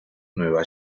nueva